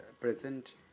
present